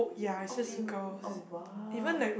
of female oh !wow!